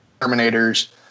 Terminators